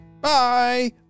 Bye